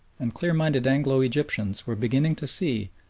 and clear-minded anglo-egyptians were beginning to see,